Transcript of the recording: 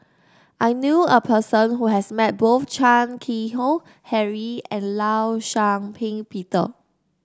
I knew a person who has met both Chan Keng Howe Harry and Law Shau Ping Peter